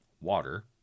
water